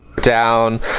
down